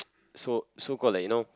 so so called like you know